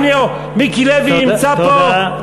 הנה הוא, מיקי לוי, נמצא פה, תודה.